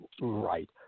right